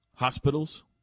Hospitals